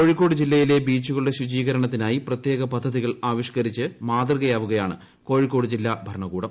കോഴിക്കോട് ജില്ലയിലെ ബീച്ചുകളുടെ ശൂചീകരണത്തിനായി പ്രത്യേക പദ്ധതികൾ ആവിഷ്കരിച്ച് മാതൃകയാവുകയാണ് കോഴിക്കോട് ജില്ലാ ഭരണകൂടം